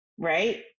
right